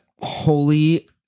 holy